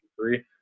three